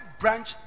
branch